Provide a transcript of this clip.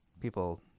People